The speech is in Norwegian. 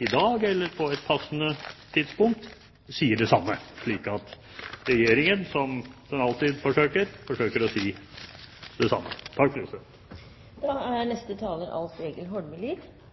i dag, eller på et passende tidspunkt, sier det samme, slik at Regjeringen, som den alltid forsøker, forsøker å si det samme.